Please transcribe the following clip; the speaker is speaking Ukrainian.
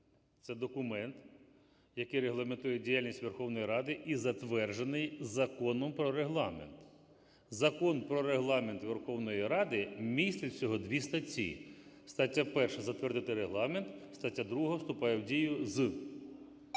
це документ, який регламентує діяльність Верховної Ради і затверджений Законом про Регламент. Закон про Регламент Верховної Ради містить всього дві статті: стаття 1 – затвердити Регламент, статті 2 – вступає в дію з…